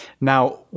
Now